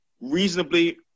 reasonably